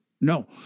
No